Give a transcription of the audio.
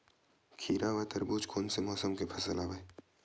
खीरा व तरबुज कोन से मौसम के फसल आवेय?